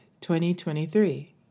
2023